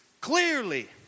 Clearly